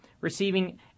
receiving